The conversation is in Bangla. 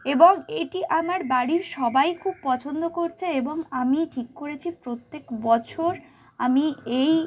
এবং এটি আমার বাড়ির সবাই খুব পছন্দ করছে এবং আমি ঠিক করেছি প্রত্যেক বছর আমি এই